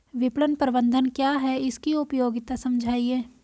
विपणन प्रबंधन क्या है इसकी उपयोगिता समझाइए?